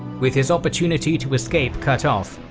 with his opportunity to escape cut off,